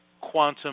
quantum